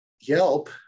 Yelp